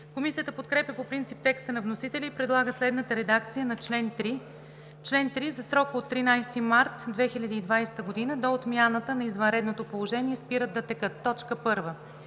Комисията подкрепя по принцип текста на вносителя и предлага следната редакция на чл. 3: „Чл. 3. За срока от 13 март 2020 г. до отмяната на извънредното положение спират да текат: 1.